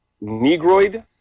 negroid